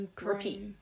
Repeat